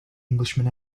englishman